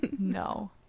no